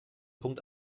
punkt